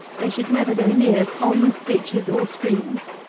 they should never go near ponds, ditches, or streams.